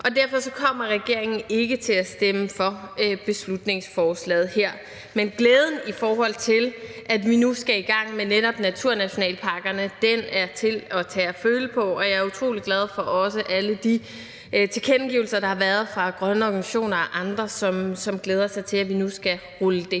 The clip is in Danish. Derfor kommer regeringen ikke til at stemme for beslutningsforslaget her. Men glæden i forhold til at vi nu skal i gang med naturnationalparkerne, er til at tage og føle på, og jeg er utrolig glad for alle de tilkendegivelser, der er kommet fra grønne organisationer og andre, som glæder sig til, at vi nu skal rulle det